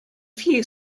few